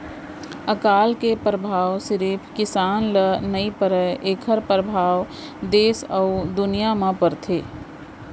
अकाल के परभाव सिरिफ किसान ल नइ परय एखर परभाव देस अउ दुनिया म परथे